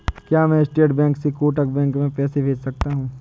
क्या मैं state bank से कोटक बैंक में पैसे भेज सकता हूँ?